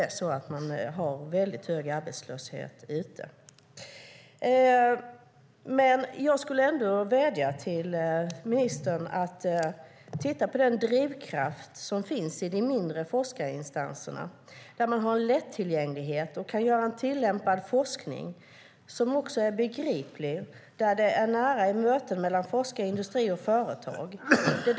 Arbetslösheten är väldigt hög. Jag vill vädja till ministern att titta på den drivkraft som finns i de mindre forskarinstanserna. Där har man en lättillgänglighet och kan bedriva tillämpad forskning som är begriplig. Det är nära i mötena mellan forskare, industri och företag.